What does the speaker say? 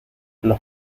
los